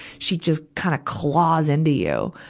she just kind of claws into you.